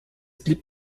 blieb